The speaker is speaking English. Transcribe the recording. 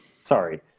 Sorry